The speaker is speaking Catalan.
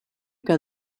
que